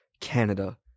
canada